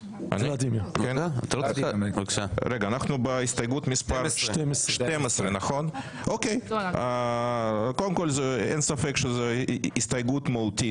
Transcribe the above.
אנחנו בהסתייגות מספר 12. קודם כל אין ספק שזו הסתייגות מהותית,